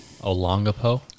Olongapo